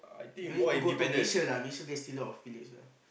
you need to go to Malaysia lah Malaysia there still a lot of village lah